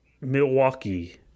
Milwaukee